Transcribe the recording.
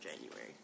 January